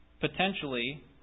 potentially